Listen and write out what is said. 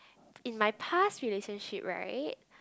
in my past relationship right